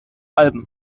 alben